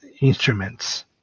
instruments